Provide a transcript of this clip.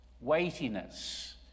weightiness